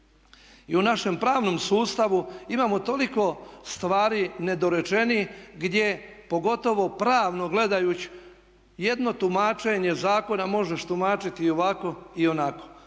i u našem pravnom sustavu imamo toliko stvari nedorečenih gdje pogotovo pravno gledajući jedno tumačenje zakona možeš tumačiti i ovako i onako.